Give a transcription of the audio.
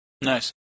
Nice